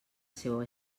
seua